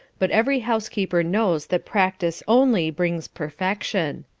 but every housekeeper knows that practice only brings perfection.